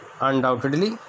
undoubtedly